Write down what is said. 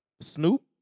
Snoop